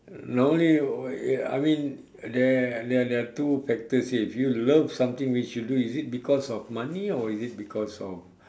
normally uh I mean there there there are two factors here if you love something which you do is it because of money or is it because of